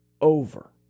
over